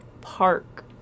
park